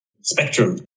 spectrum